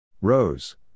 Rose